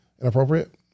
inappropriate